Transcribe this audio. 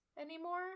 anymore